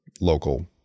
local